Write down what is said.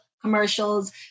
commercials